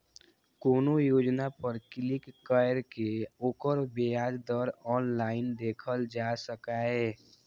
कोनो योजना पर क्लिक कैर के ओकर ब्याज दर ऑनलाइन देखल जा सकैए